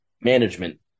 management